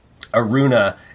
Aruna